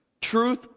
Truth